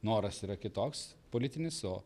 noras yra kitoks politinis o